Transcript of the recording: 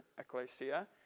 ecclesia